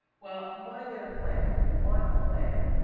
well, we want to get a plan. we want a plan.